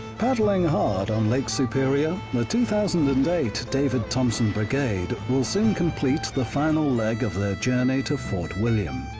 paddling hard on lake superior, the two thousand and eight david thompson brigade will soon complete the final leg of their journey to fort william.